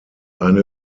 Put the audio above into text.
eine